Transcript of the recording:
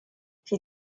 die